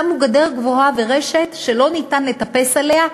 שמו גדר גבוהה ורשת שלא ניתן לטפס עליה,